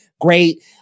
great